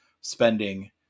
spending